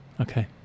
okay